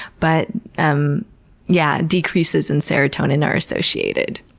but um yeah, decreases in serotonin are associated.